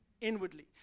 inwardly